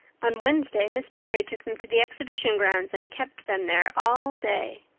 on wednesday miss barry took them to the exhibition grounds and kept them there all day.